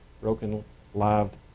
broken-lived